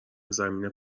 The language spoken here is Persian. زمین